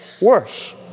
worse